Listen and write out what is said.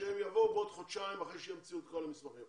שהם יבואו כעבור חודשיים אחרי שהמציאו את כל המסמכים.